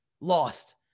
lost